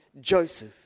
Joseph